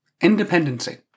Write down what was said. Independency